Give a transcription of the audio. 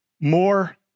more